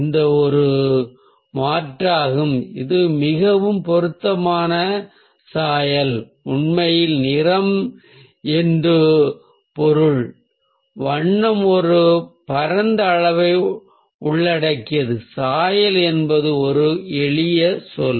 இது ஒரு மாற்றாகும் இது மிகவும் பொருத்தமானது சாயத்திற்கு உண்மையில் நிறம் என்று பொருள் வண்ணம் ஒரு பரந்த அளவை உள்ளடக்கியது சாயல் என்பது ஒரு எளிய சொல்